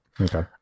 Okay